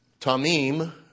Tamim